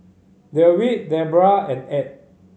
Dewitt Debbra and Add